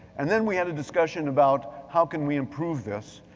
and then we had a discussion about how can we improve this.